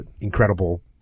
incredible